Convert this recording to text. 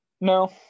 no